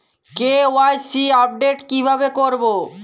KYC update কিভাবে করবো?